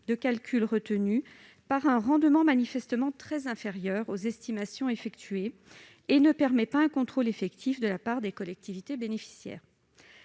de calcul retenu, sur un rendement manifestement très inférieur aux estimations effectuées et ne permet pas un contrôle effectif de la part des collectivités bénéficiaires.